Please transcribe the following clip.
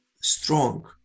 strong